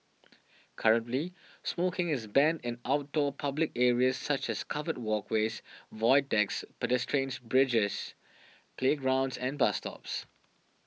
currently smoking is banned in outdoor public areas such as covered walkways void decks pedestrians bridges playgrounds and bus stops